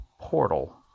portal